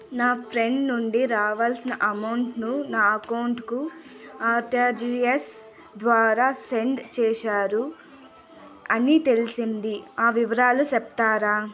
నా ఫ్రెండ్ నుండి రావాల్సిన అమౌంట్ ను నా అకౌంట్ కు ఆర్టిజియస్ ద్వారా సెండ్ చేశారు అని తెలిసింది, ఆ వివరాలు సెప్తారా?